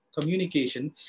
communication